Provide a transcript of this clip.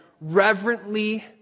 reverently